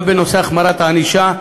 גם בנושא החמרת הענישה,